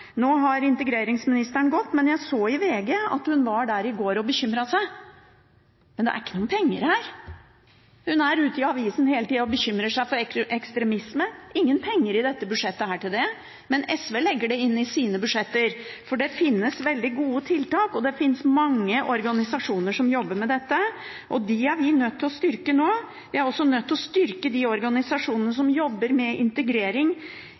Nå har integreringsministeren gått, men jeg så i VG i går at hun bekymret seg. Men det er ikke noen penger her. Hun er ute i avisene hele tida og bekymrer seg for ekstremisme, men det er ingen penger i dette budsjettet til det. Men SV legger det inn i sine budsjetter, for det finnes veldig gode tiltak, og det finnes mange organisasjoner som jobber med dette, og dem er vi nødt til å styrke nå. Vi er også nødt til å styrke de organisasjonene som jobber med integrering